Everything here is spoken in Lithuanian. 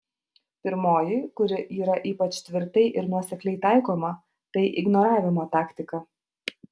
pirmoji kuri yra ypač tvirtai ir nuosekliai taikoma tai ignoravimo taktika